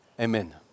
Amen